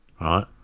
right